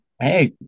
Hey